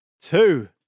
Two